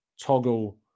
toggle